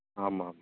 ஆமாம்